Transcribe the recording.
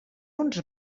uns